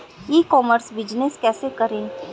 ई commerce business कैसे करें?